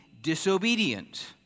disobedient